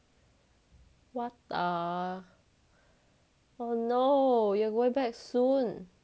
what the oh no you're going back soon